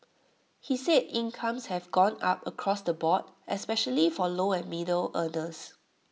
he said incomes have gone up across the board especially for low and middle earners